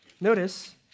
Notice